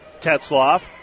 Tetzloff